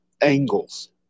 angles